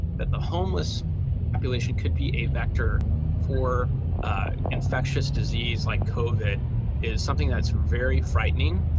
that the homeless population could be a vector for infectious disease like covid is something that's very frightening.